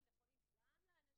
הרווחה והבריאות.